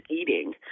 eating